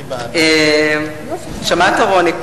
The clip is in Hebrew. שמעת, רוני?